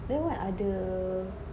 then what other